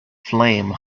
flame